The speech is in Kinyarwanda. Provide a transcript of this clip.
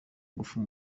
ngufu